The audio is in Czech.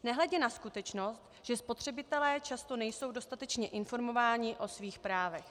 Nehledě na skutečnost, že spotřebitelé často nejsou dostatečně informováni o svých právech.